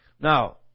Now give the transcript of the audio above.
Now